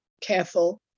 careful